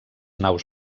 naus